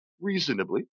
reasonably